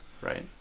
right